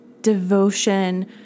devotion